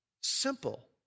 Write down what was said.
simple